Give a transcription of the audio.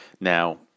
now